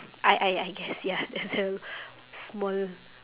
I I I guess ya so small